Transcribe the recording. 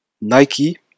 Nike